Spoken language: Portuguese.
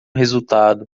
resultado